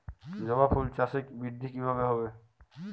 জবা ফুল চাষে বৃদ্ধি কিভাবে হবে?